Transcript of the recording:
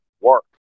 work